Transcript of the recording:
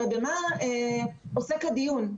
הרי במה עוסק הדיון?